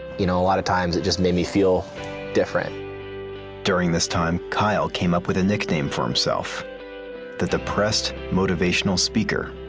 you know a lot of times it just made me feel different. reporter during this time, kyle came up with a nickname for himself the depressed motivational speaker.